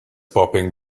popping